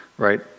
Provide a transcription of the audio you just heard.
Right